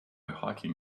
hiking